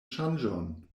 ŝanĝon